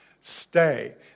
stay